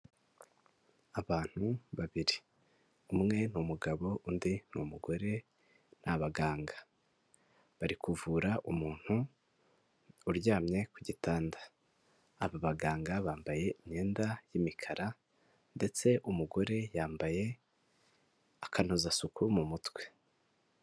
Abantu babiri; umwe n'umugabo undi n'umugore, ni abaganga bari kuvura umuntu uryamye ku gitanda, aba baganga bambaye imyenda y'imikara ndetse umugore yambaye akanozasuku mu mutwe.